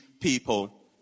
people